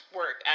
work